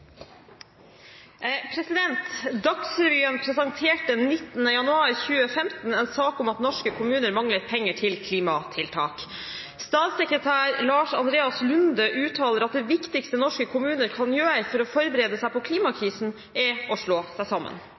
understreker. «Dagsrevyen presenterte 19. januar 2015 en sak om at norske kommuner mangler penger til klimatiltak. Statssekretær Lars Andreas Lunde uttaler at det viktigste norske kommuner kan gjøre for å forberede seg på klimakrisen er å slå seg sammen. Er statsråden enig i at det